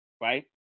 right